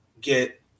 get